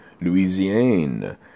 Louisiana